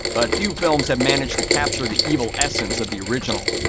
but few films have managed to capture the evil essence of the original.